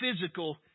physical